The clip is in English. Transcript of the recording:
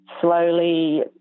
slowly